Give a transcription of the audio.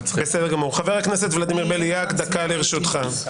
חבר הכנסת ולדימיר בליאק, דקה לרשותך.